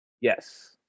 yes